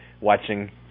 watching